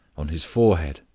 on his forehead,